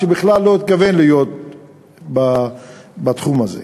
שבכלל לא התכוון להיות בתחום הזה.